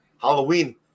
Halloween